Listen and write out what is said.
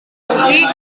musik